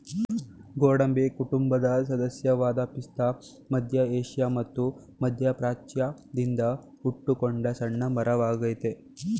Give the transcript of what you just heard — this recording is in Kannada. ಗೋಡಂಬಿ ಕುಟುಂಬದ ಸದಸ್ಯವಾದ ಪಿಸ್ತಾ ಮಧ್ಯ ಏಷ್ಯಾ ಮತ್ತು ಮಧ್ಯಪ್ರಾಚ್ಯದಿಂದ ಹುಟ್ಕೊಂಡ ಸಣ್ಣ ಮರವಾಗಯ್ತೆ